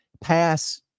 pass